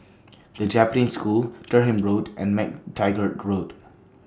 The Japanese School Durham Road and MacTaggart Road